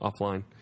offline